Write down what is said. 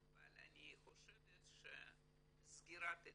אבל אני חושבת שסגירתו